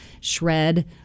shred